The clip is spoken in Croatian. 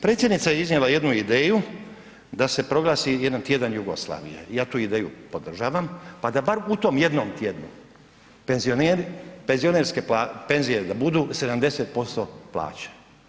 Predsjednica je iznijela jednu ideju da se proglasi jedan tjedan Jugoslavije, ja tu ideju podržavam pa da bar u tom jesnom tjednu penzioneri, penzionerske plaće, penzije da budu 70% plaće.